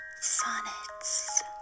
sonnets